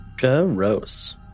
Gross